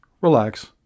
relax